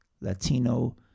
Latino